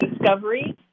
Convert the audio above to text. discovery